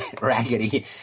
raggedy